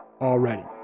already